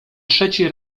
trzeci